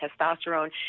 testosterone